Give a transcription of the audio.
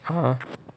!huh!